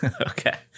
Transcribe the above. Okay